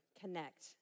connect